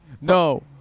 No